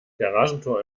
garagentor